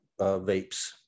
vapes